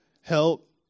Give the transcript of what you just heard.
Help